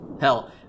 hell